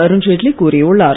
அருண்ஜெட்லி கூறியுள்ளார்